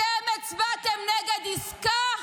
אתם הצבעתם נגד עסקה